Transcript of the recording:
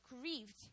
grieved